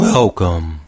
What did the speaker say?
Welcome